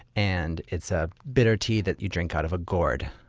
and it's a bitter tea that you drink out of a gourd.